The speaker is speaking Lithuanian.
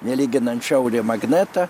nelyginant šiaurė magnetą